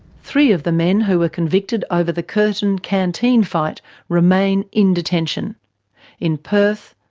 three of the men who were convicted over the curtin canteen fight remain in detention in perth,